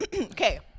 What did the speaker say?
okay